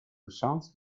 sons